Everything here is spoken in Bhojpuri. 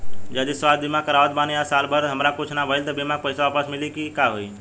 जदि स्वास्थ्य बीमा करावत बानी आ साल भर हमरा कुछ ना भइल त बीमा के पईसा वापस मिली की का होई?